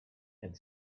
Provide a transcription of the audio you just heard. had